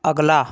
अगला